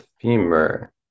femur